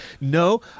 No